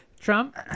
trump